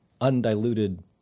undiluted